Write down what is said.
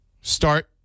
start